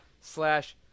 slash